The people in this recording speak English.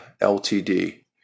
LTD